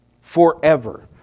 Forever